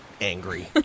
angry